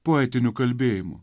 poetiniu kalbėjimu